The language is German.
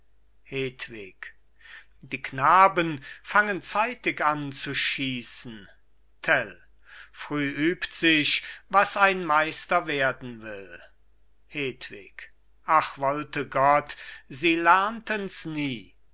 die knaben fangen zeitig an zu schiessen tell früh übt sich was ein meister werden will hedwig ach wollte gott sie lernten's nie